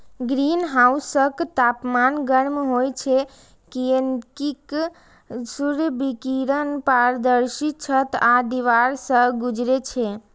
ग्रीनहाउसक तापमान गर्म होइ छै, कियैकि सूर्य विकिरण पारदर्शी छत आ दीवार सं गुजरै छै